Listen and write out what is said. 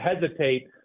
hesitate